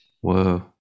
Whoa